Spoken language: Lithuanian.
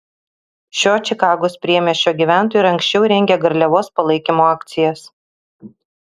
šio čikagos priemiesčio gyventojai ir anksčiau rengė garliavos palaikymo akcijas